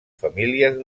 famílies